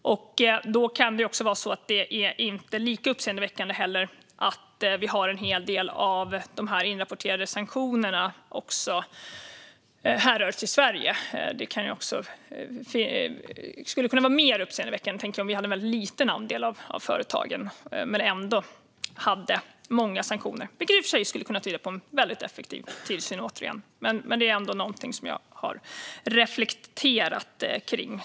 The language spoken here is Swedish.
Då kan det vara så att det inte är lika uppseendeväckande att en hel del av de inrapporterade sanktionerna härrör från Sverige. Det skulle kunna vara mer uppseendeväckande om vi hade en väldigt liten andel av företagen men ändå hade många sanktioner, vilket i och för sig skulle kunna tyda på en väldigt effektiv tillsyn. Det här är någonting som jag har reflekterat över.